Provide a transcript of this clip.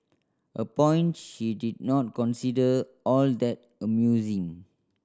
a point she did not consider all that amusing